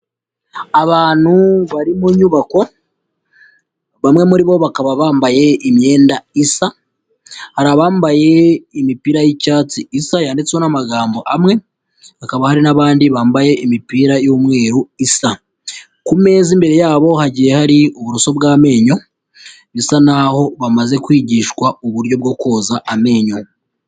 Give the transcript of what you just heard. Abantu bari mu nyubako, bamwe muri bo bakaba bambaye imyenda isa, hari abambaye imipira y'icyatsi isa yanditseho n'amagambo amwe, hakaba hari n'abandi bambaye imipira y'umweru isa, ku meza imbere yabo hagiye hari uburoso bw'amenyo, bisa naho bamaze kwigishwa uburyo bwo koza amenyo.